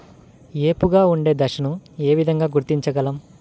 ఏపుగా ఉండే దశను ఏ విధంగా గుర్తించగలం?